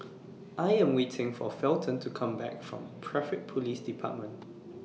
I Am waiting For Felton to Come Back from Traffic Police department